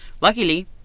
Luckily